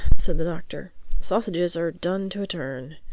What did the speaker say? said the doctor. sausages are done to a turn.